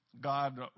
God